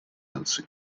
наций